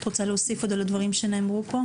את רוצה להוסיף עוד על הדברים שנאמרו פה?